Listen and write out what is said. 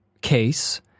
case